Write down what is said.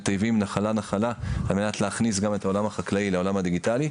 מטייבים נחלה-נחלה על מנת להכניס גם את העולם החקלאי לעולם הדיגיטלי,